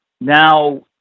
now